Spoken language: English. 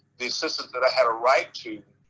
the assistance that i had a right to,